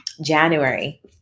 January